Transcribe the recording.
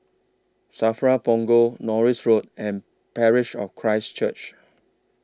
SAFRA Punggol Norris Road and Parish of Christ Church